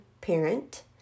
parent